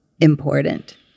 important